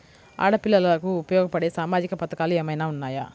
ఆడపిల్లలకు ఉపయోగపడే సామాజిక పథకాలు ఏమైనా ఉన్నాయా?